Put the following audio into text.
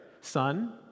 Son